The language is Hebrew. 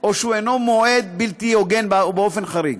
או שהוא אינו מועד בלתי הוגן באופן חריג.